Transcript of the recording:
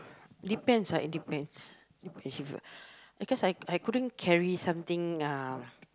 depends ah it depends depends if because I I couldn't carry something uh